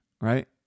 Right